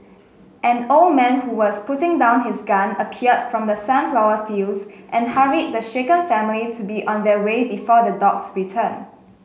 an old man who was putting down his gun appeared from the sunflower fields and hurried the shaken family to be on their way before the dogs return